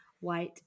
white